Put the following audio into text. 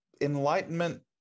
enlightenment